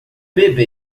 bebê